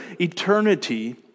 eternity